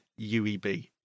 UEB